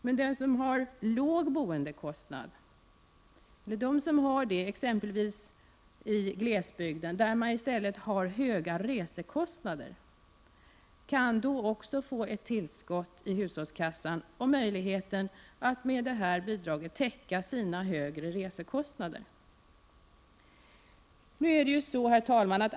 Men den som har låg boendekostnad, exempelvis i glesbygden, där man i stället har höga resekostnader, kan då också få ett tillskott i hushållskassan och möjligheten att med detta bidrag täcka sina högre resekostnader. Herr talman!